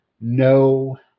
no